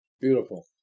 Beautiful